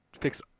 fix